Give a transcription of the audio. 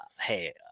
Hey